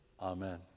Amen